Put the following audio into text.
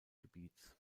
gebiets